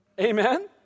Amen